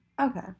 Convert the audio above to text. Okay